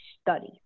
study